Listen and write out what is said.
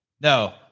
No